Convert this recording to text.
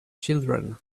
children